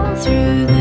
through